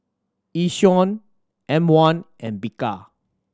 Yishion M One and Bika